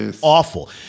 awful